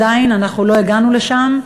עדיין אנחנו לא הגענו לשם,